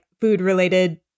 food-related